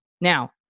Now